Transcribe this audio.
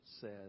says